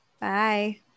Bye